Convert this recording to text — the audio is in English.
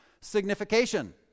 signification